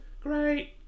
Great